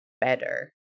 better